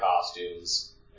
costumes